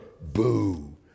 boo